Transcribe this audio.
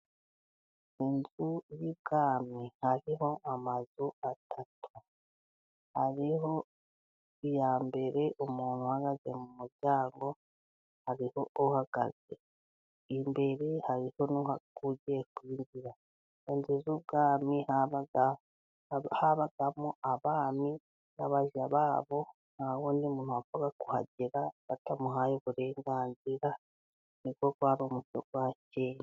Inzu y'ibwami hariho amazu atatu: Hariho iya mbere umuntu uhagaze mu muryanho, hariho uhagaze imbere, hariho n'ugiye kwinjira. Mu nzu z'ibwami habagamo abami n'abaja babo. Nta wundi muntu wapfaga kuhagera batamuhaye uburenganzir. Ni wo wari umuco wa kera.